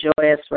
joyous